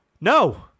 no